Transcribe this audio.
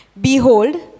Behold